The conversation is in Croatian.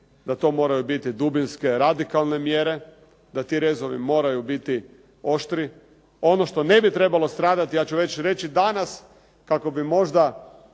da to moraju biti dubinske radikalne mjere, da ti rezovi moraju biti oštri. Ono što ne bi trebalo stradati ja ću već reći danas kako bi možda